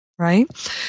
Right